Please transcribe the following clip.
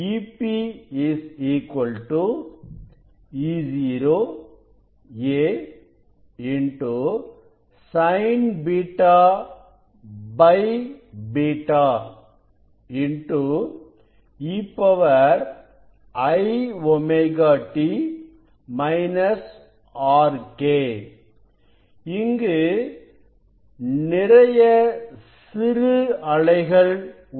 Ep Eo a sin β β e iwt - Rk இங்கு நிறைய சிறு அலைகள் உள்ளன